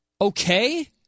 Okay